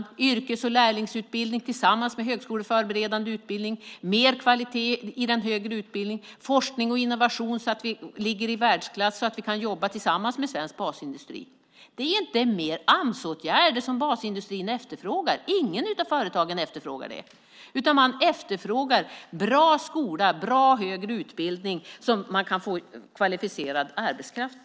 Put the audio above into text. Det är yrkes och lärlingsutbildning tillsammans med högskoleförberedande utbildning. Det är mer kvalitet i den högre utbildningen. Det är forskning och innovation så att vi ligger i världsklass så att vi kan jobba tillsammans med svensk basindustri. Det är inte fler Amsåtgärder som basindustrin efterfrågar. Inget av företagen efterfrågar det. Man efterfrågar bra skola och bra högre utbildning så att man kan få kvalificerad arbetskraft.